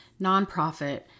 nonprofit